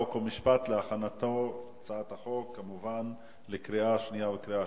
חוק ומשפט להכנתה לקריאה שנייה ושלישית.